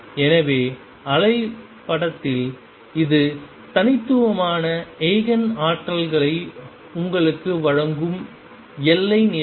எனவே அலை படத்தில் இது தனித்துவமான ஈஜென் ஆற்றல்களை உங்களுக்கு வழங்கும் எல்லை நிலை